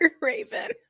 Raven